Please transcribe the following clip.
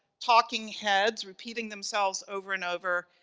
talking heads repeating themselves over and over,